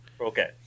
Okay